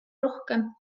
rohkem